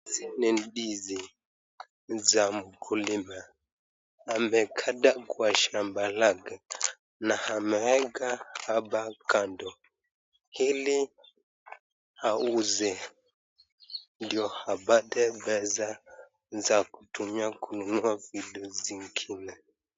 Hizi ni ndizi za mkulima amekata kwa shamba lake na ameweka hapa kando ili auuze ndio apate pesa za kutumia kununua vitu zingine.